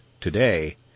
today